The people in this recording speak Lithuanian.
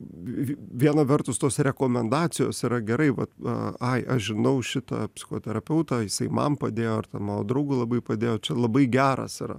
viena vertus tos rekomendacijos yra gerai vat ai aš žinau šitą psichoterapeutą jisai man padėjo ar ten mano draugui labai padėjo čia labai geras yra